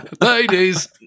ladies